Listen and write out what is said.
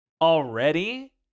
already